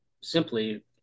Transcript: simply